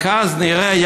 רק אז נראה,